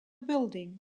building